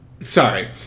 Sorry